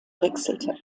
wechselte